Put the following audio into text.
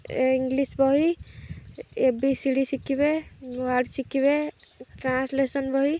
English ବହି A B C D ଶିଖିବେ word ଶିଖିବେ ଟ୍ରାନ୍ସଲେସନ ବହି